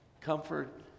Comfort